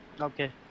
Okay